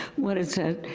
what is it,